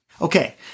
Okay